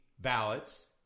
ballots